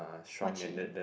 mochi